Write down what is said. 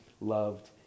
loved